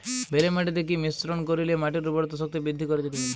বেলে মাটিতে কি মিশ্রণ করিলে মাটির উর্বরতা শক্তি বৃদ্ধি করা যেতে পারে?